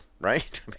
right